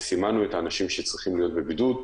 וסימנו את האנשים שצריכים להיות בבידוד,